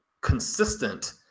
consistent